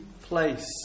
place